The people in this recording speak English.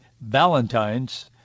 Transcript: valentines